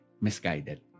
misguided